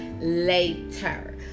later